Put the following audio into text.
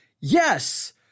Yes